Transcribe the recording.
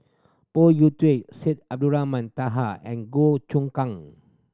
Phoon Yew Tien Syed Abdulrahman Taha and Goh Choon Kang